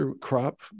crop